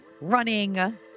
running